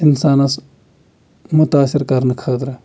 اِنسانَس مُتاثر کَرنہٕ خٲطرٕ